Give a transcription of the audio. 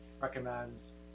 recommends